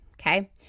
okay